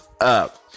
up